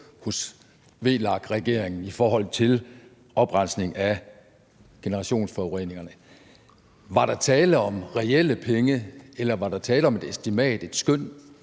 hos VLAK-regeringen i forhold til oprensning af generationsforureningerne. Var der tale om reelle penge, eller var der tale om et estimat, et skøn